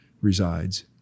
resides